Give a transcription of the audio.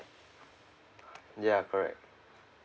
ya correct